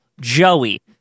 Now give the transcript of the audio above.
Joey